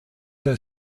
der